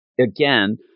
again